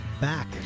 back